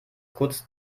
kurz